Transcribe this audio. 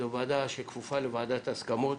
זו ועדה שכפופה לוועדת ההסכמות.